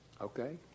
Okay